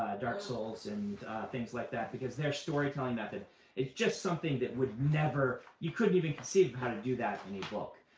ah dark souls and things like that, because their storytelling method is just something that would never, you couldn't even conceive of how to do that in a book.